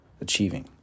achieving